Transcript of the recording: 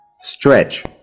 Stretch